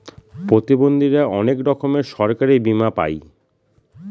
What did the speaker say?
প্রতিবন্ধীরা অনেক রকমের সরকারি বীমা পাই